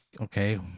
okay